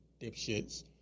dipshits